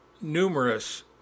numerous